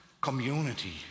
community